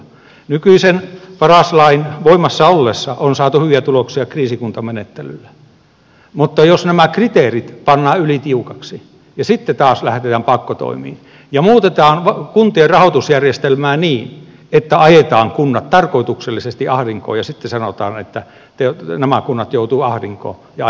nykyisen paras lain voimassa ollessa on saatu hyviä tuloksia kriisikuntamenettelyllä mutta jos nämä kriteerit pannaan ylitiukoiksi ja sitten taas lähdetään pakkotoimiin ja muutetaan kuntien rahoitusjärjestelmää niin että ajetaan kunnat tarkoituksellisesti ahdinkoon ja sitten sanotaan että nämä kunnat joutuvat ahdinkoon ja ajetaan ne liitoksiin